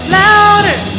louder